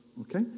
okay